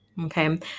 Okay